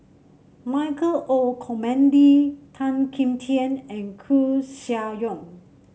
Michael Olcomendy Tan Kim Tian and Koeh Sia Yong